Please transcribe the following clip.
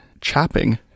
chopping